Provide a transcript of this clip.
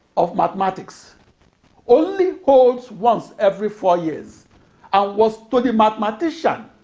of mathematics only holds once every four years and was to the mathematician